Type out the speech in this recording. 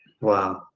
Wow